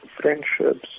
friendships